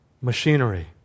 machinery